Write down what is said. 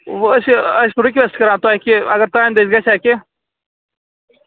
وۅں أسۍ أسۍ چھِ رِکوٮ۪سٹ کَران تۄہہِ کہِ اگر تُہٕنٛدِ دٔسۍ گَژھِ ہے کیٚنٛہہ